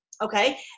Okay